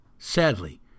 Sadly